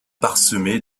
parsemé